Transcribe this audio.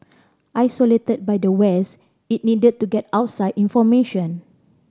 isolated by the West it needed to get outside information